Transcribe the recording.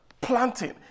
planting